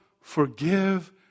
forgive